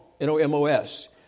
N-O-M-O-S